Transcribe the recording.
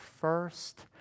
first